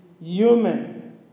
human